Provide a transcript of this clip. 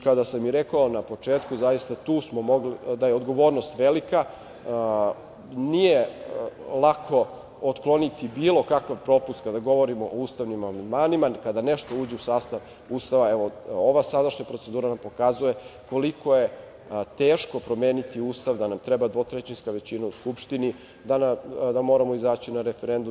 Kada sam rekao na početku da je odgovornost velika, nije lako otkloniti bilo kakav propust kada govorimo o ustavnim amandmanima, jer kada nešto uđe u sastav Ustav, ova sadašnja procedura nam pokazuje koliko je teško promeniti Ustav, da nam treba dvotrećinska većina u Skupštini, da moramo izaći na referendum.